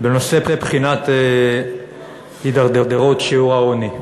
לבחינת ההידרדרות בתחום שיעור העוני.